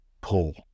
pull